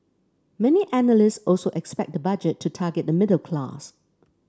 many analysts also expect the budget to target the middle class